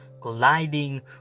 colliding